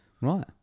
Right